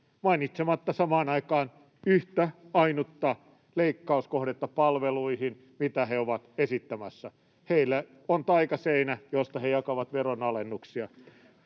mainitsematta samaan aikaan yhtä ainutta leikkauskohdetta palveluihin, mitä he ovat esittämässä. Heillä on taikaseinä, josta he jakavat veronalennuksia.